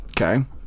okay